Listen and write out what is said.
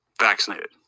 vaccinated